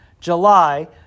July